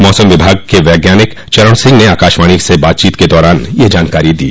मौसम विभाग के वैज्ञानिक चरण सिंह ने आकाशवाणी से बातचीत के दौरान यह जानकारी दी